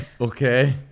Okay